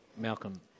Malcolm